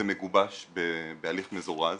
מגובש בהליך מזורז.